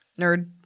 nerd